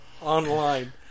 online